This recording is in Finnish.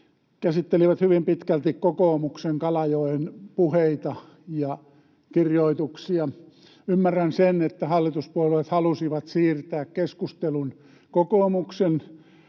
käsitteli hyvin pitkälti kokoomuksen Kalajoen puheita ja kirjoituksia. Ymmärrän sen, että hallituspuolueet halusivat siirtää keskustelun kokoomuksen